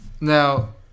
Now